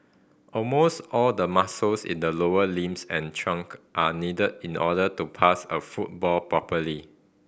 almost all the muscles in the lower limbs and trunk are needed in the order to pass a football properly